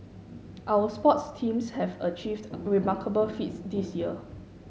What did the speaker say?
our sports teams have achieved remarkable feats this year